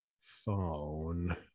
phone